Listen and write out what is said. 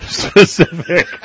specific